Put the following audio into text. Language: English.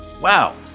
Wow